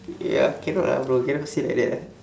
ya cannot ah bro cannot say like that ah